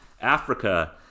Africa